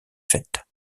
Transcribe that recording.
fêtes